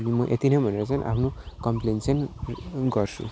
अनि म यति नै भनेर चाहिँ आफ्नो कम्प्लेन चाहिँ गर्छु